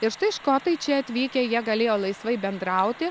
ir štai škotai čia atvykę jie galėjo laisvai bendrauti